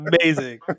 Amazing